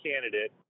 candidate